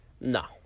No